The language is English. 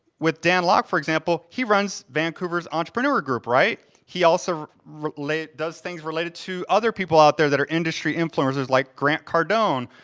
with dan lok for example, he runs vancouver's entrepreneur group, right? he also does things related to other people out there that are industry influencers, like grant cardone,